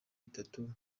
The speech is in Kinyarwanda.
itatu